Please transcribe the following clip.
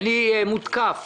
אני מותקף